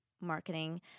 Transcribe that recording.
marketing